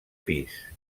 pis